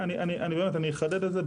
אני אחדד את זה.